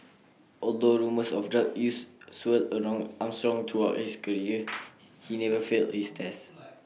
although rumours of drug use swirled around Armstrong throughout his career he never failed his test